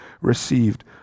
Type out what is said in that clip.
received